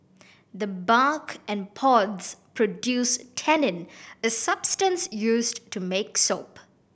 the bark and pods produce tannin a substance used to make soap